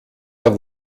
der